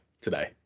today